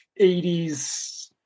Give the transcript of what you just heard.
80s